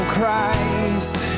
Christ